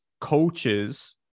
coaches